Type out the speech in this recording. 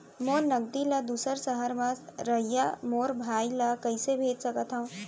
मोर नगदी ला दूसर सहर म रहइया मोर भाई ला कइसे भेज सकत हव?